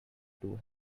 two